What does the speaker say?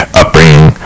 upbringing